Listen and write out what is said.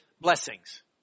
blessings